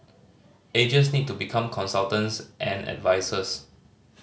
agents need to become consultants and advisers